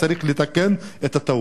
צריך לתקן את הטעות.